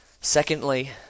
Secondly